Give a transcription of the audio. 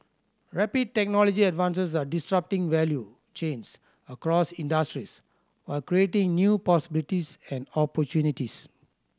rapid technology advance are disrupting value chains across industries while creating new possibilities and opportunities